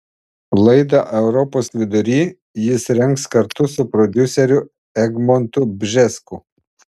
laidą europos vidury jis rengs kartu su prodiuseriu egmontu bžesku